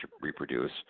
reproduce